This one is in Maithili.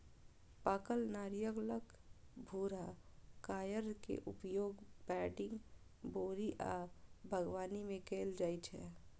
पाकल नारियलक भूरा कॉयर के उपयोग पैडिंग, बोरी आ बागवानी मे कैल जाइ छै